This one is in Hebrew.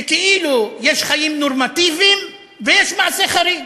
כאילו יש חיים נורמטיביים ויש מעשה חריג.